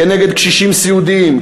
כנגד קשישים סיעודיים,